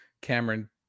Cameron